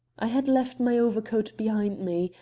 i had left my overcoat behind me,